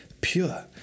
pure